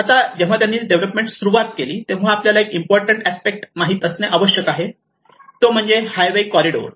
आता जेव्हा त्यांनी डेव्हलपमेंट सुरू केली तेव्हा आपल्याला एक इम्पॉर्टंट अस्पेक्ट माहित असणे आवश्यक आहे तो म्हणजे हायवे कॉरिडोर